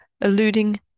alluding